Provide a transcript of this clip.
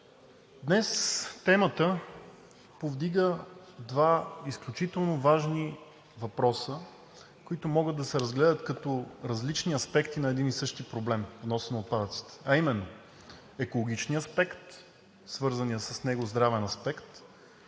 Днес темата повдига два изключително важни въпроса, които могат да се разгледат като различни аспекти на един и същи проблем – вноса на отпадъците, а именно: екологичният аспект – свързаният с него здравен аспект